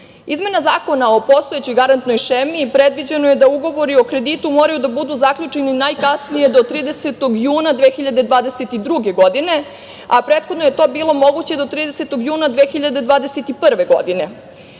Zakona o postojećoj garantnoj šemi predviđeno je da ugovori o kreditu moraju da budu zaključeni najkasnije do 30. juna 2022. godine, a prethodno je to bilo moguće do 30. juna 2021. godine.